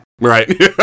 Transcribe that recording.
Right